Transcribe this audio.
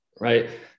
Right